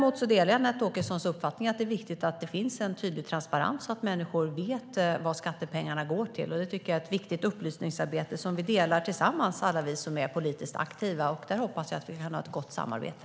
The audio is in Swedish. Jag delar Anette Åkessons uppfattning att det är viktigt att det finns en tydlig transparens och att människor vet vad skattepengarna går till. Det är ett viktigt upplysningsarbete som alla vi politiskt aktiva delar tillsammans. Där hoppas jag att vi kan ha ett gott samarbete.